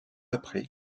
après